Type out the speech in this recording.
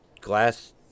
glass